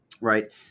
right